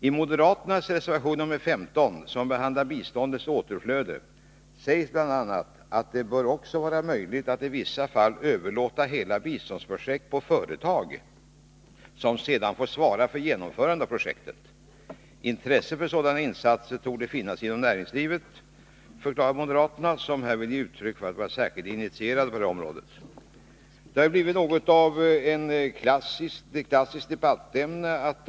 I moderaternas reservation nr 15, som behandlar biståndets återflöde, sägs bl.a. att det ”bör också vara möjligt att i vissa fall överlåta hela biståndsprojektet på företag, som sedan får svara för genomförandet av projektet. Intresse för sådana insatser torde finnas inom näringslivet”, förklarar moderaterna, som vill ge intryck av att vara särskilt initierade på detta område. De här frågorna har blivit något av ett klassiskt debattämne.